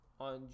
On